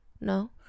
No